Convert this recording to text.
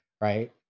Right